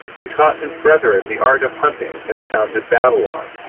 who taught his brethren the art of hunting, and founded babylon.